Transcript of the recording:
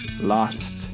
lost